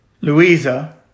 Louisa